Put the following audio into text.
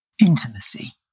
Intimacy